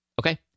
Okay